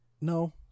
no